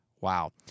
wow